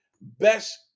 best